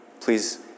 Please